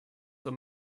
zur